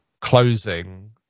closing